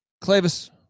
Clavis